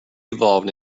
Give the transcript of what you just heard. evolved